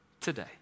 today